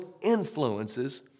influences